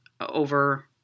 over